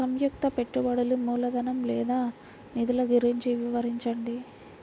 సంయుక్త పెట్టుబడులు మూలధనం లేదా నిధులు గురించి వివరించండి?